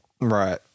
Right